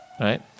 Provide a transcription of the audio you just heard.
right